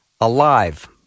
alive